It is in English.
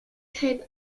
type